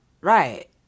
Right